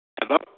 Hello